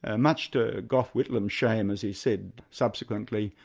ah much to gough whitlam's shame as he said subsequently,